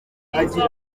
agira